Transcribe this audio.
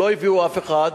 לא הביאו אף אחד.